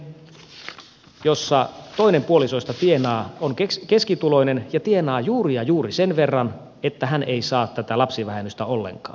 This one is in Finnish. minulla on tuttavaperhe jossa toinen puoliso on keskituloinen ja tienaa juuri ja juuri sen verran että hän ei saa tätä lapsivähennystä ollenkaan